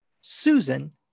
Susan